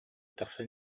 тахсан